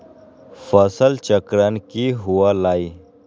फसल चक्रण की हुआ लाई?